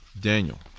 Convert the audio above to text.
Daniel